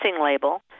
label